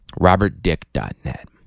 RobertDick.net